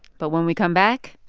but when we come back.